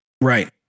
Right